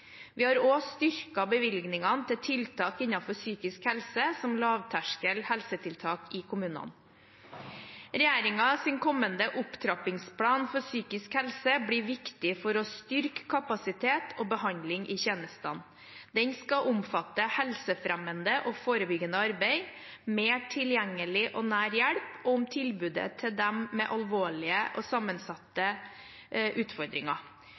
Vi har også styrket bevilgningene til tiltak innenfor psykisk helse som lavterskel helsetiltak i kommunene. Regjeringens kommende opptrappingsplan for psykisk helse blir viktig for å styrke kapasitet og behandling i tjenestene. Den skal omfatte helsefremmende og forebyggende arbeid, mer tilgjengelig og nær hjelp og tilbudet til dem med alvorlige og sammensatte utfordringer.